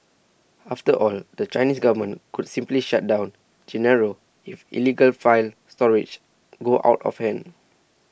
after all the Chinese government could simply shut down Genaro if illegal file storage go out of hand